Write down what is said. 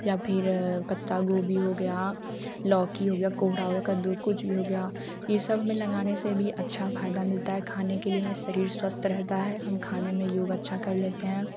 या फ़िर पत्ता गोभी हो गया लौकी हो गया कोहड़ा हो गया कद्दू कुछ भी हो गया यह सब हमें लगाने से भी अच्छा फायदा मिलता है खाने के लिए में शरीर स्वस्थ रहता है हम खाने में योग अच्छा कर लेते हैं